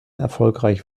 erfolgreich